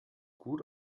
gut